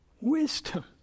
wisdom